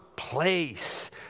place